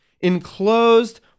enclosed